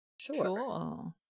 Sure